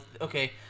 okay